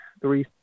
three